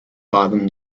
bottom